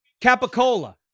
Capicola